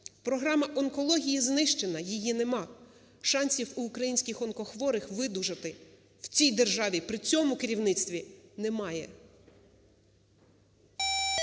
Програма онкології знищена, її нема, шансів в українських онкохворих видужати в цій державі, при цьому керівництві немає.